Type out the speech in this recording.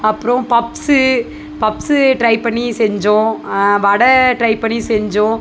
அப்புறோம் puffs puffs try பண்ணி செஞ்சோம் வடை ட்ரை பண்ணி செஞ்சோம்